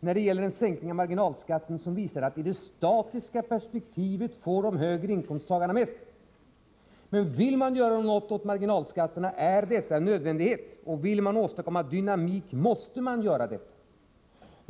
när det gäller en sänkning av marginalskatten vilka visar att i det statiska perspektivet får de högre inkomsttagarna mest. Men vill man göra någonting åt marginalskatterna är detta en nödvändighet, och vill man åstadkomma dynamik måste man göra detta.